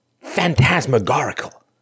Phantasmagorical